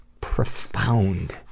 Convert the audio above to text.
profound